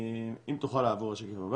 אם תוכל לעבור לשקף הבא